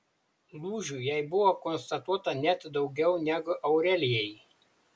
lūžių jai buvo konstatuota net daugiau negu aurelijai